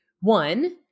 One